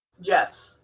Yes